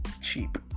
cheap